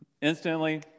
Instantly